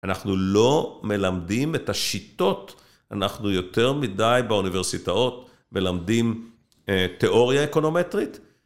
אנחנו לא מלמדים את השיטות, אנחנו יותר מדי באוניברסיטאות מלמדים תיאוריה אקונומטרית.